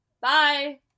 Bye